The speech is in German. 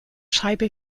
scheibe